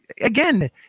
again